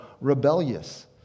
rebellious